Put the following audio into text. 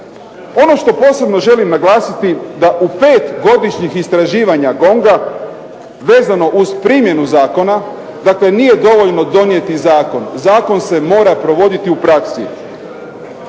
Ono što posebno želim naglasiti da u pet godišnjih istraživanja GONG-a vezano uz primjenu zakona. Dakle, nije dovoljno donijeti zakon. Zakon se mora provoditi u praksi.